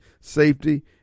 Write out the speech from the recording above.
safety